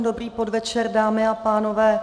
Dobrý podvečer, dámy a pánové.